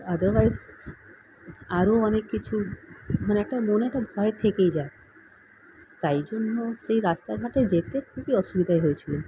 otherwise আরও অনেক কিছু মানে একটা মনে একটা ভয় থেকেই যায় তাই জন্য সেই রাস্তাঘাটে যেতে খুবই অসুবিধাই হয়েছিল